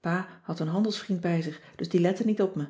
pa had een handels vriend bij zich dus die lette niet op me